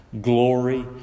Glory